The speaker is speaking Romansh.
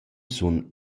sun